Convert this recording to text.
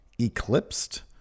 eclipsed